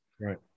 right